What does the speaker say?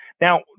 Now